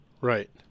Right